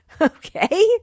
Okay